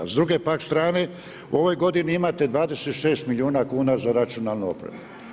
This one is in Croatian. S druge pak strane, ove godine, imate 26 milijuna kuna za računalnu opremu.